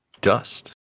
Dust